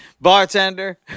Bartender